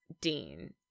Dean